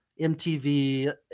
mtv